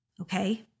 okay